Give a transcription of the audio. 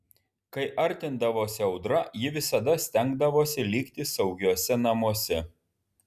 kai artindavosi audra ji visada stengdavosi likti saugiuose namuose